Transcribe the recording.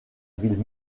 ville